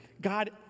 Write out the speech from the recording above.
God